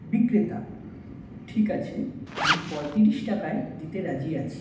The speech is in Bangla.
বিক্রেতা ঠিক আছে আমি পঁয়তিরিশ টাকায় দিতে রাজি আছি